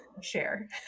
share